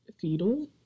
Fetal